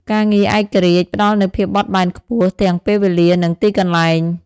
ការងារឯករាជ្យផ្តល់នូវភាពបត់បែនខ្ពស់ ទាំងពេលវេលា និងទីកន្លែង។